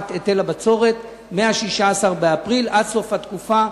היטל הבצורת מ-16 באפריל עד סוף התקופה,